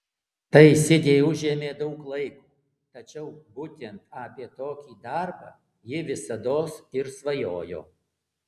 tai sidei užėmė daug laiko tačiau būtent apie tokį darbą ji visados ir svajojo